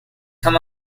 come